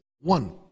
one